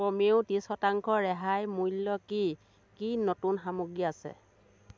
কমেও ত্ৰিছ শতাংশ ৰেহাই মূল্য কি কি নতুন সামগ্ৰী আছে